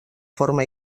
forma